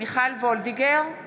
מיכל וולדיגר,